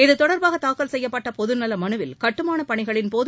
இதுதொடர்பாக தாக்கல் செய்யப்பட்ட பொது நல மனுவில் கட்டுமானப் பணிகளின் போது